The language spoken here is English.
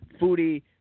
foodie